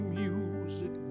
music